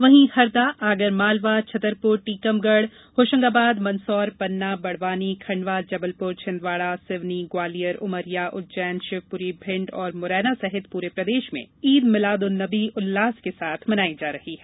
वहीं हरदा आगरमालवा छतरपुर टीकमगढ मंदसौर पन्ना बडवानी खंडवा जबलपुर छिन्दवाडा सिवनी ग्वालियर उमरिया उज्जैन शिवपुरी भिण्ड उमरिया और मुरैना सहित पूरे प्रदेश में ईद मिलाद उन नबी उल्लास के साथ मनाई जा रही है